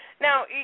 Now